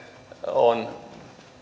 on